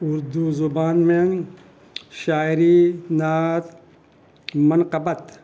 اردو زبان میں شاعری نعت منقبت